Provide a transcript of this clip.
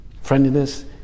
Friendliness